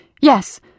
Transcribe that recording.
Yes